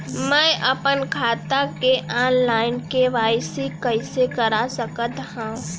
मैं अपन खाता के ऑनलाइन के.वाई.सी कइसे करा सकत हव?